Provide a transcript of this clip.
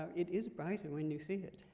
ah it is brighter when you see it.